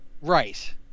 Right